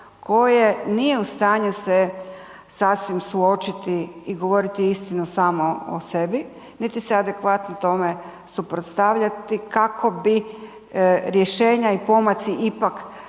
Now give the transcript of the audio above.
koje nije u stanju se sasvim suočiti i govoriti istinu samo o sebi, niti se adekvatno tome suprotstavljati kako bi rješenja i pomaci ipak